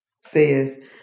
says